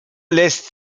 lässt